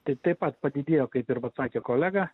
tai taip pat padidėjo kaip ir vat sakė kolega